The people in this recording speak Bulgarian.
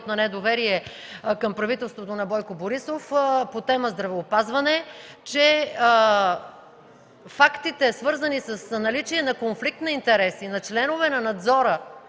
на недоверие към правителството на Бойко Борисов по тема „Здравеопазване”, че фактите, свързани с наличие на конфликт на интереси на членове на Надзора